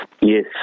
Yes